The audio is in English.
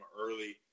early